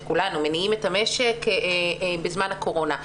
איך כולנו מניעים את המשק בזמן הקורונה.